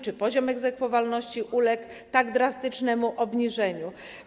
Czy poziom egzekwowalności uległ tak drastycznemu obniżeniu?